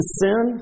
sin